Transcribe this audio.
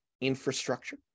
infrastructure